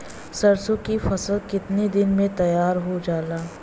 सरसों की फसल कितने दिन में तैयार हो जाला?